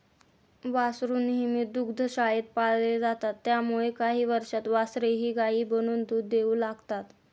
वासरू नेहमी दुग्धशाळेत पाळले जातात त्यामुळे काही वर्षांत वासरेही गायी बनून दूध देऊ लागतात